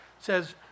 says